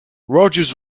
rogers